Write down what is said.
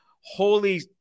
Holy